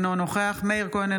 אינו נוכח מאיר כהן,